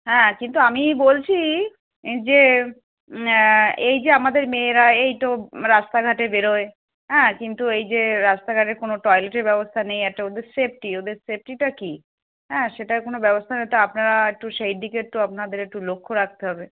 হ্যাঁ কিন্তু আমি বলছি যে এই যে আমাদের মেয়েরা এই তো রাস্তাঘাটে বেরোয় হ্যাঁ কিন্তু এই যে রাস্তাঘাটে কোনো টয়লেটের ব্যবস্থা নেই একটা ওদের সেফটি ওদের সেফটিটা কি হ্যাঁ সেটার কোনো ব্যবস্থাটা আপনারা একটু সেই দিকে একটু আপনাদের একটু লক্ষ্য রাকতে হবে